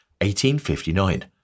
1859